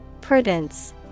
Prudence